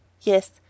yes